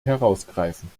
herausgreifen